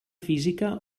física